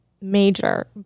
major